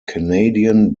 canadian